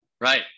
Right